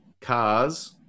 cars